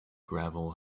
gravel